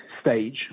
stage